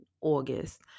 August